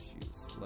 issues